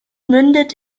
mündet